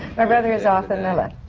my brother is arthur miller.